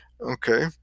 Okay